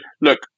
look